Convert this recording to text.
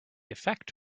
effect